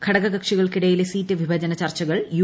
ഘടകക്ഷികൾക്കിടയിലെ seat വിഭജന ചർച്ചകൾ U